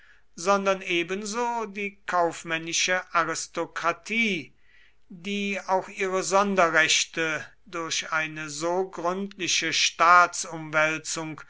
sondern ebenso die kaufmännische aristokratie die auch ihre sonderrechte durch eine so gründliche